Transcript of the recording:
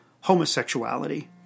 homosexuality